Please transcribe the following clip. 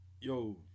Yo